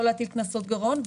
לא להטיל קנסות גירעון,